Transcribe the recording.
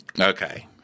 okay